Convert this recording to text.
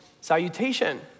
salutation